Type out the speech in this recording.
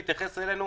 להתייחס אלינו,